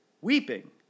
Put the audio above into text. weeping